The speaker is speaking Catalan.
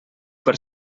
per